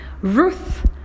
Ruth